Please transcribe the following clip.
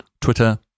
Twitter